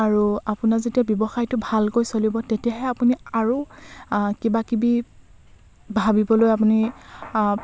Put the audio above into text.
আৰু আপোনাৰ যেতিয়া ব্যৱসায়টো ভালকৈ চলিব তেতিয়াহে আপুনি আৰু কিবাকিবি ভাবিবলৈ আপুনি